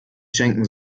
schenken